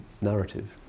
narrative